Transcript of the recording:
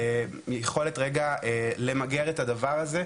ויכולת רגע למגר את הדבר הזה,